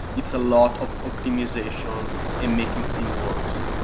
it's a lot of optimization and making thing works,